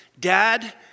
Dad